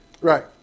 right